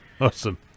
awesome